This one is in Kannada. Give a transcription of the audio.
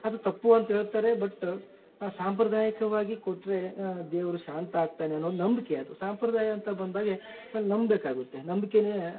ಅದು ತಪ್ಪು ಅಂತ ಹೇಳ್ತಾರೆ ಬಟ್ ಆ ಸಾಂಪ್ರದಾಯಿಕವಾಗಿ ಕೊಟ್ರೆ ದೇವರು ಶಾಂತ ಆಗ್ತಾನೆ ಅನ್ನೋದು ನಂಬಿಕೆ ಅದು ಸಂಪ್ರದಾಯ ಅಂತ ಬಂದಾಗೆ ಅಲ್ಲಿ ನಂಬೇಕಾಗುತ್ತೆ ನಂಬ್ಕೇ